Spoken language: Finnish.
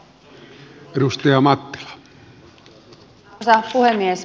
arvoisa puhemies